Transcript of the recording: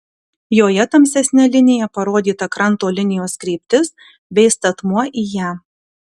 joje tamsesne linija parodyta kranto linijos kryptis bei statmuo į ją